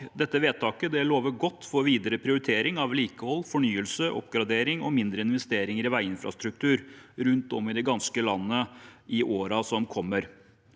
dette vedtaket, lover godt for videre prioritering av vedlikehold, fornyelse, oppgradering og mindre investeringer i veiinfrastrukturen rundt omkring i det ganske land i årene som kommer.